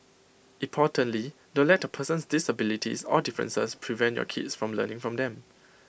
importantly don't let A person's disabilities or differences prevent your kids from learning from them